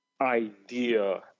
idea